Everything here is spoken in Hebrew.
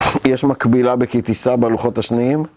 יש מקבילה בכי-תישא בלוחות השניים